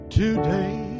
today